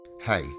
Hey